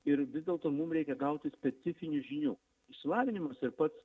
ir vis dėlto mum reikia gauti specifinių žinių išsilavinimas ir pats